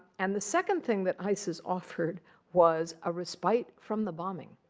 and the second thing that isis offered was a respite from the bombing.